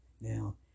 Now